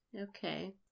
Okay